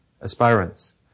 aspirants